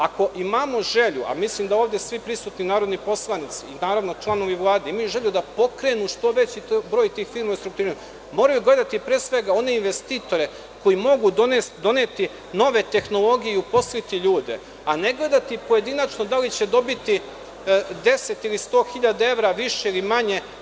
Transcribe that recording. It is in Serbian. Ako imamo želju, a mislim da ovde svi prisutni narodni poslanici, članovi Vlade, imaju želju da pokrenu što veći broj tih firmi u restrukturiranju, moraju gledati one investitore koji mogu doneti nove tehnologije i uposliti ljude, a ne gledati pojedinačno da li će dobiti 10 ili 100 hiljada evra više ili manje.